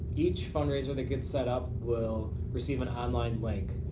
each fundraiser that gets set up will received an online link.